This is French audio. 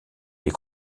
les